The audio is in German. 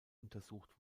untersucht